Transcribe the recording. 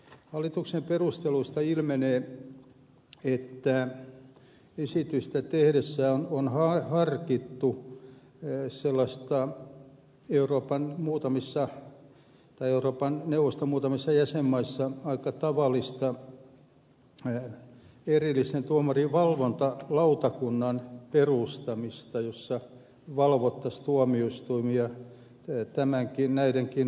hallituksen perusteluista ilmenee että esitystä tehtäessä on harkittu sellaista euroopan neuvoston muutamissa jäsenmaissa aika tavallista erillisen tuomarin valvontalautakunnan perustamista jossa valvottaisiin tuomioistuimia näidenkin puutteiden osalta